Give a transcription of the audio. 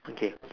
okay